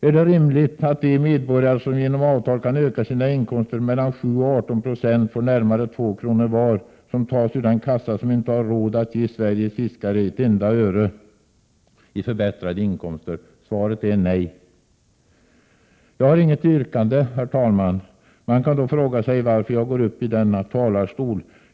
Är det rimligt att de medborgare som genom avtal kan öka sina inkomster med mellan 7 och 18 9 får närmare 2 kr. var, som tas ur den kassa som inte har råd att ge Sveriges fiskare ett enda öre i förbättrade inkomster? Svaret är nej. Jag har inget yrkande, herr talman. Man kan då fråga sig varför jag går upp i kammarens talarstol.